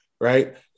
right